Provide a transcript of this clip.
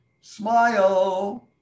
smile